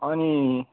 अनि